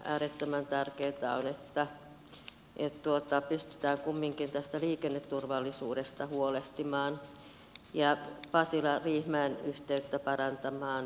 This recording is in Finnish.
äärettömän tärkeätä on että pystytään kumminkin tästä liikenneturvallisuudesta huolehtimaan ja pasilariihimäki yhteyttä parantamaan